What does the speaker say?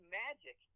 magic